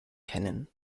kennen